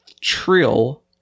trill